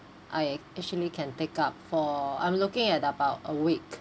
I actually can take up for I'm looking at about a week